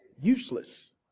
useless